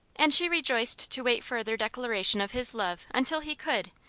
and she rejoiced to wait further declaration of his love until he could,